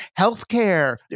healthcare